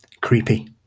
Creepy